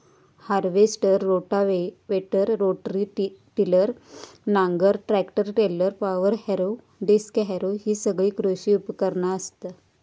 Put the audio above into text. harvester, rotavator, rotary tiller, नांगर, tractor trailer, power harrow, disc harrow हि सगळी कृषी उपकरणा असत